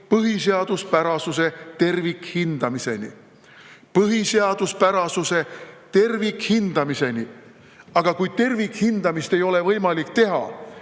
põhiseaduspärasuse tervikhindamiseni. Põhiseaduspärasuse tervikhindamiseni! Aga kui tervikhindamist ei ole võimalik teha,